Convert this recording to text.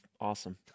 awesome